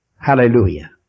Hallelujah